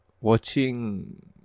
watching